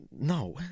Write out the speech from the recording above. No